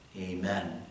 Amen